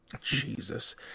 Jesus